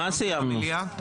ומה עושים במליאה?